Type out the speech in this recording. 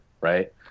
right